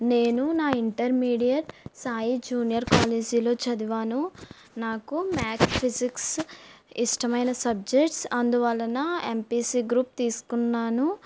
నేను నా intermediate Sai junior కాలేజీలో చదివాను నాకు మ్యాథ్స్ ఫిజిక్స్ ఇష్టమైన సబ్జెక్ట్స్ అందువలన ఎంపీసీ గ్రూప్ తీసుకున్నాను